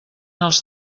els